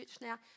now